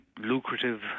lucrative